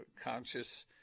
conscious